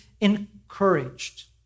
encouraged